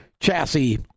chassis